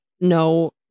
No